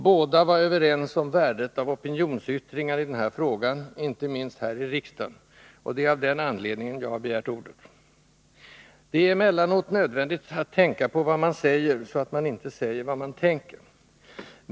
Båda var överens om värdet av opinionsyttringar i den här frågan, inte minst här i riksdagen, och det är av den anledningen jag har begärt ordet. Det är emellanåt nödvändigt att tänka på vad man säger, så att man inte säger vad man tänker.